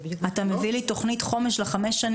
אתה מביא לי תוכנית חומש לחמש השנים